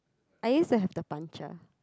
I used to have the puncher